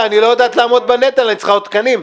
שאת לא יודעת לעמוד בנטל ואת צריכה עוד תקנים.